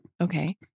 Okay